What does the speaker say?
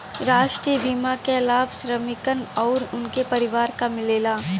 राष्ट्रीय बीमा क लाभ श्रमिकन आउर उनके परिवार के मिलेला